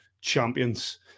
champions